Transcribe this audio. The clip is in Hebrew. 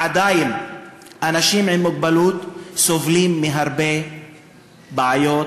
עדיין אנשים עם מוגבלות סובלים מהרבה בעיות,